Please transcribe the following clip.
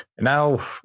Now